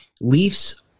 leafs